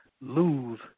lose